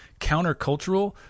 countercultural